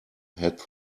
had